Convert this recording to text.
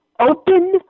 open